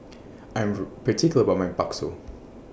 I'm very particular about My Bakso